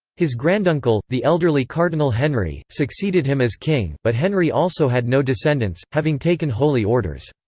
his granduncle, the elderly cardinal henry, succeeded him as king, but henry also had no descendants, having taken holy orders.